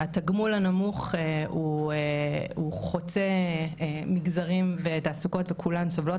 התגמול הנמוך הוא חוצה מגזרים ותחומי תעסוקה וכולן סובלות